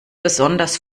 besonders